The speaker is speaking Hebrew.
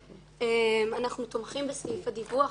אנחנו תומכים בסעיף הדיווח.